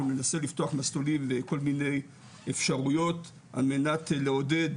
ננסה לפתוח מסלולים וכל מיני אפשרויות על מנת לעודד